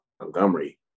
Montgomery